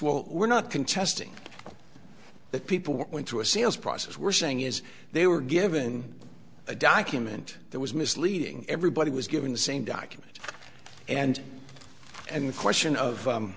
well we're not contesting that people went to a sales process we're saying is they were given a document that was misleading everybody was given the same documents and and the question of